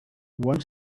one